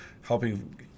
helping –